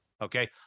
Okay